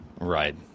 right